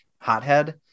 hothead